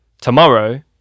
Tomorrow